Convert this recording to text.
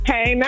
Hey